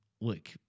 Look